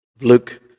Luke